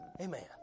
Amen